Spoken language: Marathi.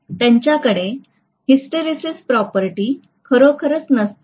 तर त्यांच्याकडे हिस्टरेसिस प्रॉपर्टी खरोखरच नसते